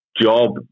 job